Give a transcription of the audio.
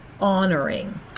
honoring